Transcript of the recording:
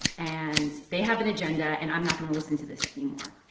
and they have an agenda. and i'm not going to listen to this anymore.